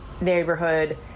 neighborhood